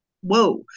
Whoa